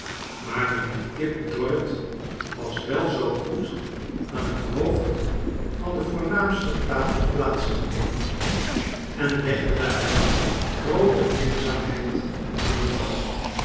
maar mijnheer tip dorrit was wel zoo goed aan het hoofd van de voomaamste tafel plaats te nemen en legde daarbij groote minzaamheid aan den dag